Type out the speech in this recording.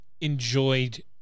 enjoyed